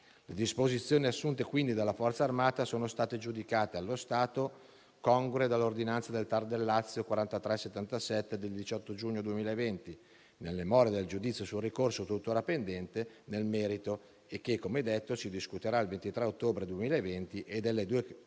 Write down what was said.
Le disposizioni assunte quindi dalla Forza armata, allo stato, sono state giudicate congrue dall'ordinanza del TAR del Lazio n. 04377 del 18 giugno 2020, nelle more del giudizio sul ricorso tuttora pendente, nel merito, e che - come detto - si discuterà il 23 ottobre 2020 e delle cui